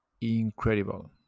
incredible